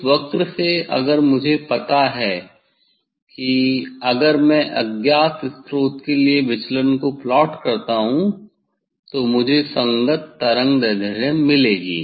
उस वक्र से अगर मुझे पता है कि अगर मैं अज्ञात स्रोत के लिए विचलन को प्लॉट करता हूं तो मुझे संगत तरंगदैर्ध्य मिलेगी